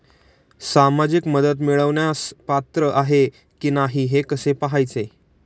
सामाजिक मदत मिळवण्यास पात्र आहे की नाही हे कसे पाहायचे?